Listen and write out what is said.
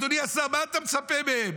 אדוני השר, מה אתה מצפה מהם?